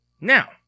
Now